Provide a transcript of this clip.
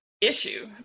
issue